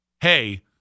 hey